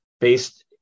based